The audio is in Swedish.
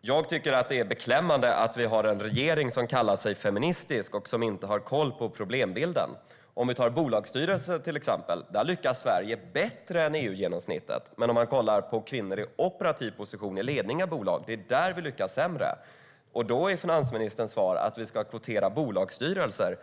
Jag tycker att det är beklämmande att vi har en regering som kallar sig feministisk och som inte har koll på problembilden. Om vi tar bolagsstyrelser som exempel ser vi att Sverige lyckas bättre än EU-genomsnittet där. Om vi däremot kollar på kvinnor i operativ position i ledning av bolag ser vi att vi lyckas sämre där. Då är finansministerns svar att vi ska kvotera bolagsstyrelser.